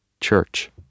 Church